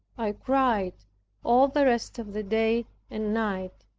i cried all the rest of the day and night.